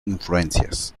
influencias